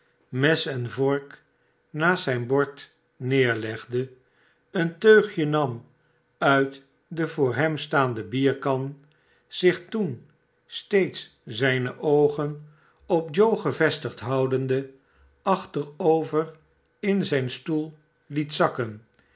mes en vork naast zrk bord neerlegde een teugje nam uit de voor hem staande bierkan zich toen steeds zijne oogen op joe gevestigd houdende achterover in zijn stoel liet zakken